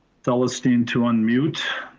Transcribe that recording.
celestine to unmute,